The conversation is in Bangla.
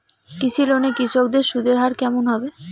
কৃষি লোন এ কৃষকদের সুদের হার কেমন হবে?